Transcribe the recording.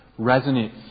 resonates